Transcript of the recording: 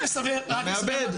רק לסבר משהו.